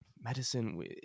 medicine